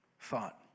thought